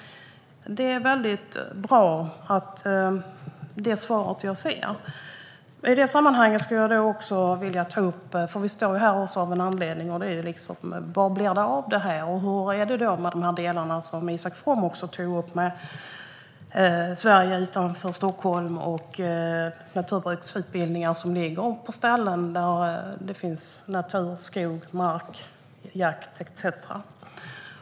Vi står här av en anledning, och det är att vi undrar vad det blir av det här. Och hur är det med det som Isak From tog upp om Sverige utanför Stockholm och naturbruksutbildningar som ligger på ställen där det finns natur, skog, mark, jakt etcetera?